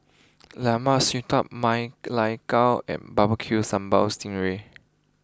Lemak Siput Ma Lai Gao and barbecue Sambal Sting Ray